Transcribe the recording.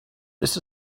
this